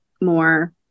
more